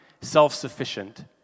self-sufficient